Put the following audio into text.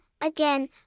again